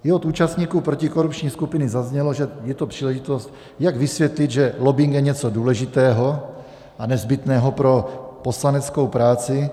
I od účastníků protikorupční skupiny zaznělo, že je to příležitost, jak vysvětlit, že lobbing je něco důležitého a nezbytného pro poslaneckou práci.